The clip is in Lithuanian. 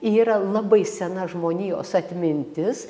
yra labai sena žmonijos atmintis